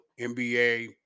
NBA